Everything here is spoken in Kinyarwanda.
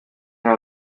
nka